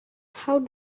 how